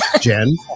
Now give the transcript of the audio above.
Jen